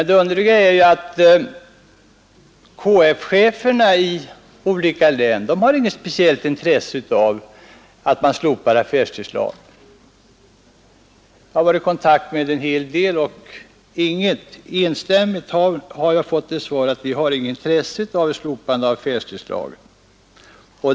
Det underliga är emellertid att KF-cheferna i flera län inte har något speciellt intresse av att affärstidslagen slopas. Jag har varit i kontakt med en del av dem och har därvid enstämmigt fått svaret att de inte har något intresse av ett slopande av affärstidslagen.